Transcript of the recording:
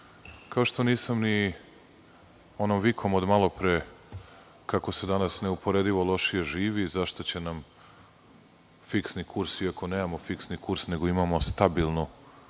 Kao što nisam ni onom vikom od malopre kako se danas neuporedivo loše živi, zašto će nam fiksni kurs iako nemamo fiksni kurs, nego imamo stabilnu